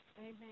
Amen